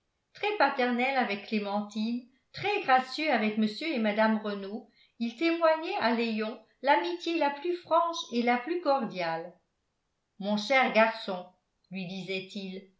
très paternel avec clémentine très gracieux avec mr et mme renault il témoignait à léon l'amitié la plus franche et la plus cordiale mon cher garçon lui disait-il